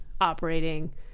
operating